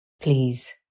Please